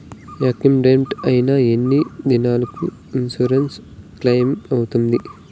Accident అయిన ఎన్ని దినాలకు ఇన్సూరెన్సు క్లెయిమ్ అవుతుంది?